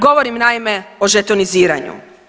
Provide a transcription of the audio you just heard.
Govorim naime o žetoniziranju.